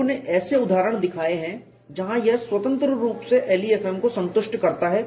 लोगों ने ऐसे उदाहरण दिखाए हैं जहां यह स्वतंत्र रूप से LEFM को संतुष्ट करता है